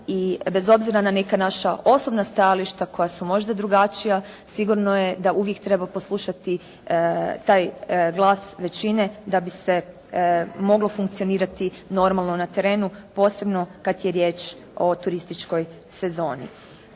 bez obzira na neka naša osobna stajališta koja su možda drugačija, sigurno je da uvijek treba poslušati taj glas većine da bi se moglo funkcionirati normalno na terenu, posebno kada je riječ o turističkoj sezoni.